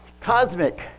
Cosmic